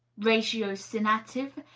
ratiocinative,